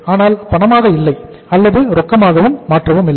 ஆனால் பணமாக இல்லை அல்லது ரொக்கமாக மாற்றவும் இல்லை